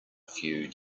few